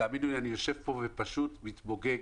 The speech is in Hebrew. ותאמינו לי, אני יושב פה ופשוט מתמוגג